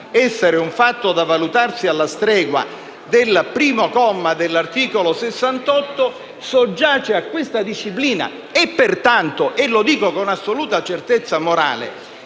stima si debba valutare alla stregua del primo comma dell'articolo 68, soggiace a questa disciplina. Pertanto, e lo dico con assoluta certezza morale,